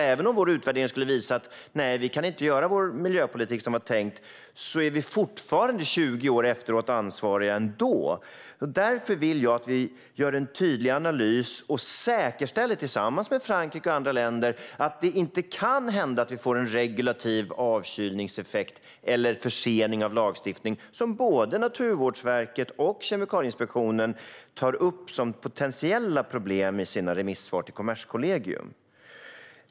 Även om vår utvärdering skulle visa att vi inte kan göra som vi tänkt med vår miljöpolitik är vi alltså fortfarande ansvariga 20 år efteråt. Jag vill därför att vi ska göra en tydlig analys och, tillsammans med Frankrike och andra länder, säkerställa att det inte kan hända att vi får en regulativ avkylningseffekt eller försening av lagstiftningen, som både Naturvårdsverket och Kemikalieinspektionen tar upp som potentiella problem i sina remissvar till Kommerskollegium.